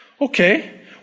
Okay